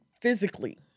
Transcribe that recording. physically